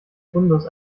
fundus